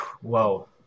Whoa